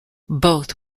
both